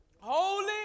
holy